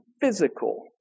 physical